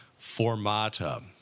formata